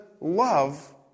love